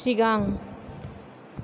सिगां